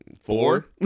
Four